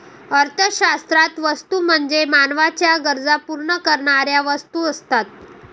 अर्थशास्त्रात वस्तू म्हणजे मानवाच्या गरजा पूर्ण करणाऱ्या वस्तू असतात